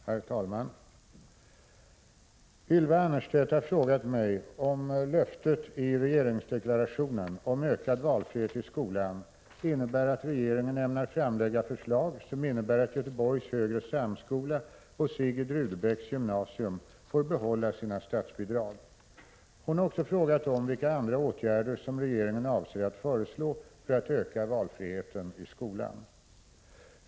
Herr talman! Ylva Annerstedt har frågat mig om löftet i regeringsdeklarationen om ökad valfrihet i skolan innebär att regeringen ämnar framlägga förslag som innebär att Göteborgs högre samskola och Sigrid Rudebecks gymnasium får behålla sina statsbidrag. Hon har också frågat om vilka andra åtgärder regeringen avser att föreslå för att öka valfriheten i skolan.